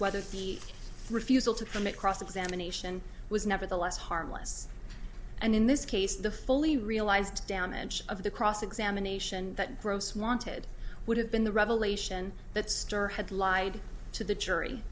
whether the refusal to permit cross examination was nevertheless harmless and in this case the fully realized down edge of the cross examination that gross wanted would have been the revelation that store had lied to the jury